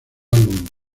álbum